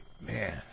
Man